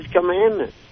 commandments